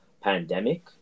pandemic